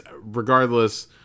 regardless